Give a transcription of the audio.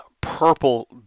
purple